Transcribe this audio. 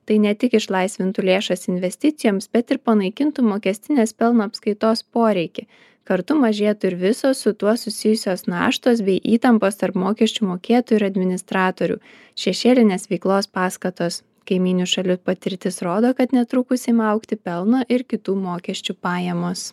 tai ne tik išlaisvintų lėšas investicijoms bet ir panaikintų mokestinės pelno apskaitos poreikį kartu mažėtų ir visos su tuo susijusios naštos bei įtampos tarp mokesčių mokėtojų ir administratorių šešėlinės veiklos paskatos kaimynių šalių patirtis rodo kad netrukus ima augti pelno ir kitų mokesčių pajamos